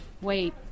wait